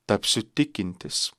tapsiu tikintis